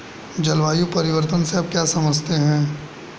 जलवायु परिवर्तन से आप क्या समझते हैं?